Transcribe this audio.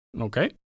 Okay